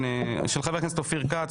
של חבר הכנסת אופיר כץ,